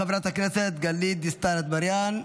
חברת הכנסת גלית דיסטל אטבריאן,